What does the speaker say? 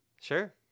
sure